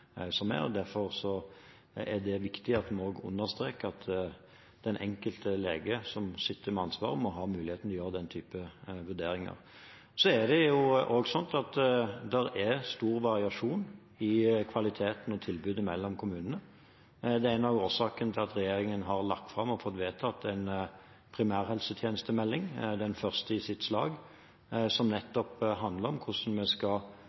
som er. Derfor er det viktig at vi understreker at den enkelte lege som sitter med ansvaret, må ha muligheten til å gjøre den typen vurderinger. Så er det stor variasjon i kvaliteten og tilbudet mellom kommunene. Det er en av årsakene til at regjeringen har lagt fram og fått vedtatt en primærhelsetjenestemelding – den første i sitt slag – som nettopp handler om hvordan vi skal